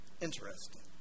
interesting